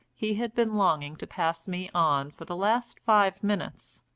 he had been longing to pass me on for the last five minutes.